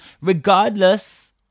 regardless